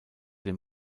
den